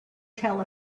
tell